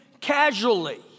casually